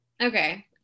okay